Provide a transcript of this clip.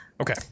Okay